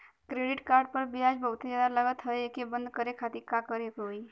Credit card पर ब्याज बहुते ज्यादा लगत ह एके बंद करे खातिर का करे के होई?